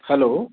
hello